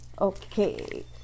Okay